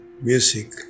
music. ்